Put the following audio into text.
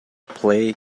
play